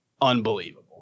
unbelievable